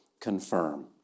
confirm